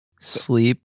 sleep